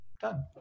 done